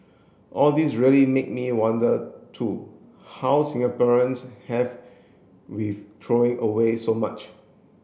all this really made me wonder too how Singaporeans have with throwing away so much